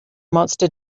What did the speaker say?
monster